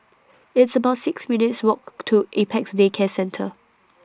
It's about six minutes' Walk to Apex Day Care Centre